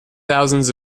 thousands